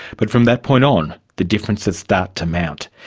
but from that point on, the differences start to mount.